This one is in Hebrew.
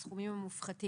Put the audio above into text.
לגבי הסכומים המופחתים.